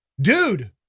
dude